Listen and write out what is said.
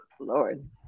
Lord